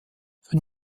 für